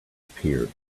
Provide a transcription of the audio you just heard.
appeared